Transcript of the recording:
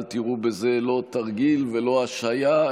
אל תראו בזה לא תרגיל ולא השהיה,